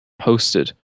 posted